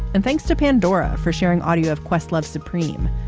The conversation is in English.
and thanks to pandora for sharing audio of questlove supreme.